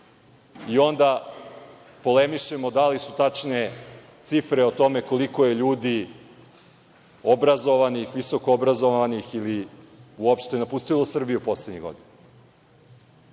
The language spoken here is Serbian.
polemišemo da li su tačne cifre o tome koliko je ljudi obrazovanih, visoko obrazovanih ili uopšte napustilo Srbiju poslednjih godina.